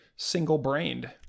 single-brained